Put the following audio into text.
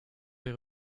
est